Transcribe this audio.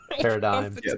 Paradigm